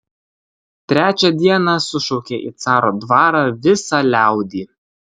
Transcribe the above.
trečią dieną sušaukė į caro dvarą visą liaudį